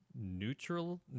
neutral